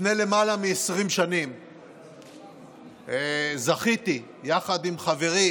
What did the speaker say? לפני למעלה מ-20 שנים זכיתי, עם חברי